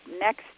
next